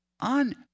on